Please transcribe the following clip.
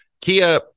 Kia